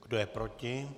Kdo je proti?